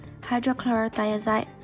hydrochlorothiazide